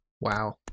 Wow